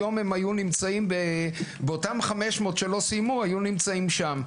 היום הם היו נמצאים באותם 500 שלא סיימו היו נמצאים שם.